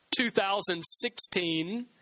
2016